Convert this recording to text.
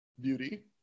beauty